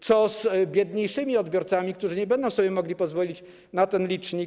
Co z biedniejszymi odbiorcami, którzy nie będą sobie mogli pozwolić na ten licznik?